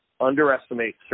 underestimate